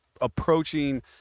approaching